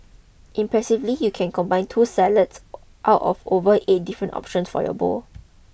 impressively you can combine two salads out of over eight different options for your bowl